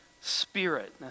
Spirit